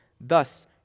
Thus